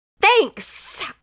thanks